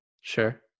Sure